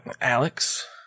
Alex